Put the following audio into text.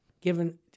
given